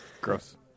Gross